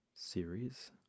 series